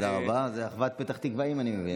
תודה רבה, זו אחוות פתח-תקוואים, אני מבין.